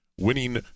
winning